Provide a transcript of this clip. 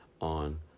on